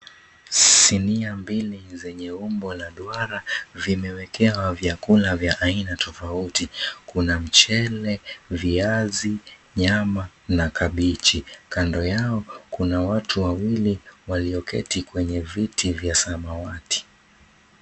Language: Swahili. Sinia mbili zenye umbo la duara vimewekewa vyakula vya aina tofauti. Kuna mchele, viazi, nyama na kabeji. Kando yao kuna watu wawili walioketi kwenye viti vya samawati.